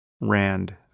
Rand